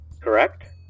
correct